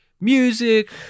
music